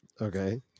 Okay